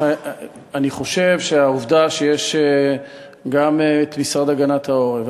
אני חושב שהעובדה שיש גם את המשרד להגנת העורף,